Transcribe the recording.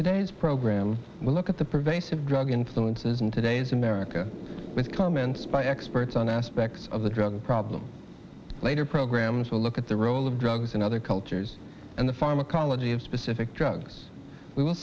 today's program we'll look at the pervasive drug influences in today's america with comments by experts on aspects of the drug problem later programs to look at the role of drugs in other cultures and the pharmacology of specific drugs we will